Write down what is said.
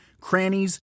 crannies